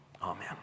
Amen